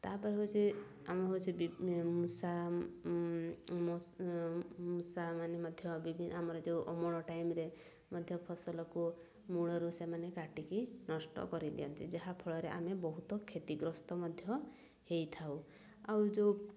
ତାପରେ ହେଉଛି ଆମେ ହେଉଛି ମୂଷା ମୂଷାମାନେ ମଧ୍ୟ ବିଭିନ୍ନ ଆମର ଯେଉଁ ଅମଳ ଟାଇମ୍ରେ ମଧ୍ୟ ଫସଲକୁ ମୂଳରୁ ସେମାନେ କାଟିକି ନଷ୍ଟ କରିଦିଅନ୍ତି ଯାହାଫଳରେ ଆମେ ବହୁତ କ୍ଷତିଗ୍ରସ୍ତ ମଧ୍ୟ ହେଇଥାଉ ଆଉ ଯେଉଁ